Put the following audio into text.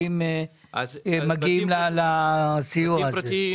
פרטיים מגיעים לסיוע הזה?